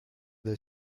they